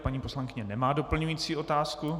Paní poslankyně má doplňující otázku.